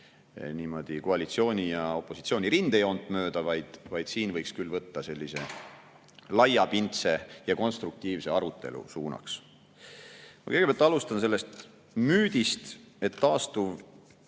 niimoodi koalitsiooni ja opositsiooni rindejoont mööda, vaid siin võiks küll võtta suunaks sellise laiapindse ja konstruktiivse arutelu. Ma alustan sellest müüdist, et taastuvelekter